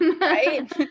Right